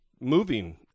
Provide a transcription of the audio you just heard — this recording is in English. moving